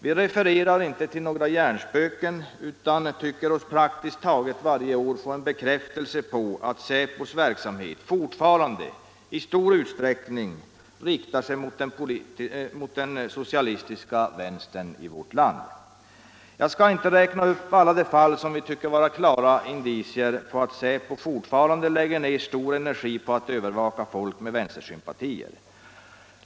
Vi refererar inte till några hjärnspöken, utan tycker oss praktiskt taget varje år få bekräftelse på att säpos verksamhet fortfarande i stor utsträckning riktar sig mot den socialistiska vänstern i vårt land. Jag skall inte räkna upp alla de fall som vi tycker vara klara indicier på att säpo fortfarande lägger ner en stor energi på att övervaka folk med vänstersympatier.